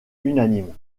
unanime